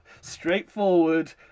straightforward